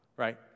right